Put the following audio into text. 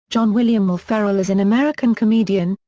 john william will ferrell is an american comedian,